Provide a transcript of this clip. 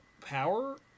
power